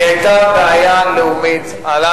היא בעיה לאומית, היא היתה בעיה לאומית.